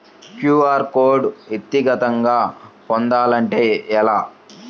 QR code వ్యక్తిగతంగా పొందాలంటే ఎలా?